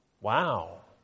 Wow